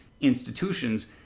institutions